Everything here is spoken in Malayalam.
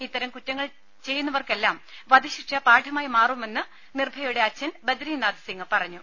ഇത്തരം കുറ്റങ്ങൾ ചെയ്യുന്നവർക്കെല്ലാം വധശിക്ഷ പാഠമായി മാറുമെന്ന് നിർഭയയുടെ അച്ഛൻ ബദരിനാഥ് സിംഗ് പറഞ്ഞു